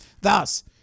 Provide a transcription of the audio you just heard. Thus